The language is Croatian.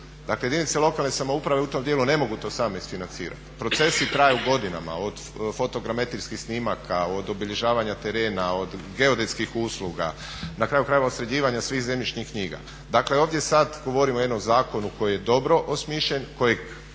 Dakle jedinice lokalne samouprave u tom dijelu ne mogu to same isfinancirati. Procesi traju godinama, od fotogrametrijskih snimaka, od obilježavanja terena, od geodetskih usluga, na kraju krajeva od sređivanja svih zemljišnih knjiga. Dakle ovdje sad govorimo o jednom zakonu koji je dobro osmišljen, kojeg je